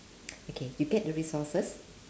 okay you get the resources